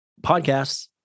Podcasts